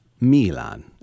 Milan